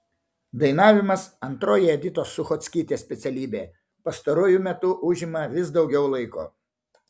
dainavimas antroji editos suchockytės specialybė pastaruoju metu užima vis daugiau laiko